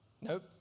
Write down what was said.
Nope